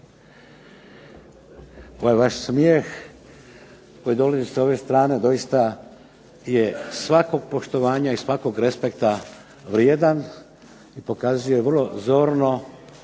Ovaj vaš smijeh koji dolazi sa ove strane doista je svakog poštovanja i svakog respekta vrijedan i pokazuje vrlo zorno